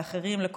ואחרים,